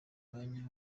umwanya